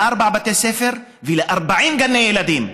לארבעה בתי ספר ול-40 גני ילדים,